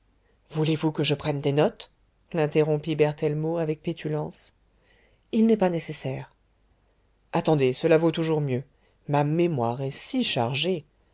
voulez-vous que je prenne des notes l'interrompit berthellemot avec pétulance il n'est pas nécessaire attendez cela vaut toujours mieux ma mémoire est si chargée